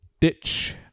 Ditch